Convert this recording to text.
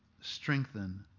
strengthen